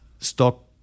stock